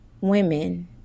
Women